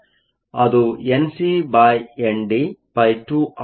ಆದ್ದರಿಂದ ಅದು NcND2 ಆಗುತ್ತದೆ